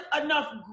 enough